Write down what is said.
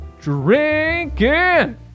drinking